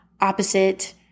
opposite